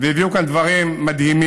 והביאו כאן דברים מדהימים,